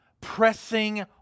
pressing